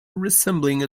resembling